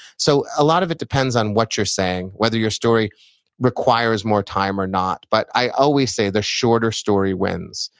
so, a lot of it depends on what you're saying, whether your story requires more time or not, but i always say the shorter story wins.